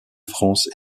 france